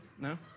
No